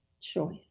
choice